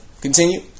Continue